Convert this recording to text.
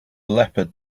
leopard